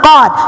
God